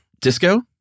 disco